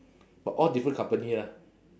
but all different company lah